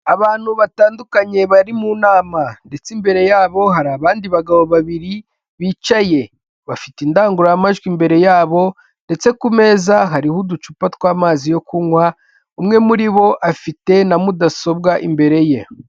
Abantu batandukanye bari mu nama. Ndetse imbere yabo hari abandi bagabo babiri bicaye .Bafite indangururamajwi imbere yabo ndetse ku meza hariho uducupa tw'amazi yo kunywa, umwe muri bo afite na mudasobwa imbere ye.